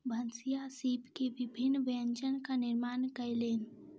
भनसिया सीप के विभिन्न व्यंजनक निर्माण कयलैन